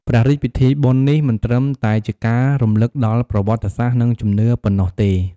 ព្រះរាជពិធីបុណ្យនេះមិនត្រឹមតែជាការរំលឹកដល់ប្រវត្តិសាស្ត្រ និងជំនឿប៉ុណ្ណោះទេ។